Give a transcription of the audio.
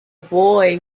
boy